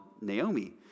Naomi